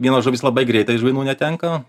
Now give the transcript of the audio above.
vienos žuvys labai greitai žvynų netenka